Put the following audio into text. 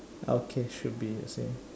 okay should be the same